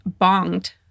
bonged